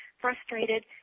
frustrated